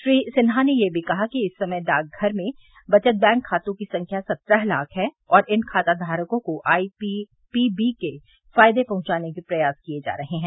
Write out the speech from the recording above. श्री सिन्हा ने यह भी कहा कि इस समय डाक घर में बचत बैंक खातों की संख्या सत्रह लाख है और इन खाताधारकों को आईपीपीबी के फायदे पहंचाने के प्रयास किए जा रहे हैं